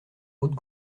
hautes